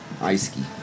Ice-Ski